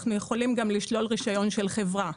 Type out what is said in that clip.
אנחנו יכולים גם לשלול רישיון של חברה.